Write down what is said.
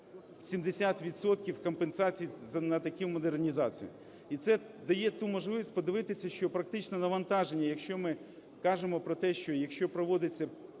компенсації на таку модернізацію. І це дає ту можливість подивитися, що практично навантаження, якщо ми кажемо про те, що якщо проводиться